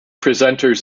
presenters